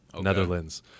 Netherlands